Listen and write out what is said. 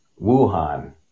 Wuhan